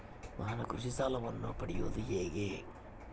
ನಾನು ಕೃಷಿ ಸಾಲವನ್ನು ಪಡೆಯೋದು ಹೇಗೆ?